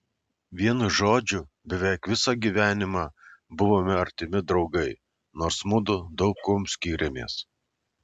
vienu žodžiu beveik visą gyvenimą buvome artimi draugai nors mudu daug kuom skyrėmės